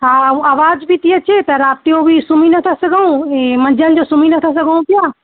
हा आवाज़ बि थी अचे त राति जो बि सुम्ही नथा सघूं हे मंझंदि जो सुम्ही नथा सघूं पिया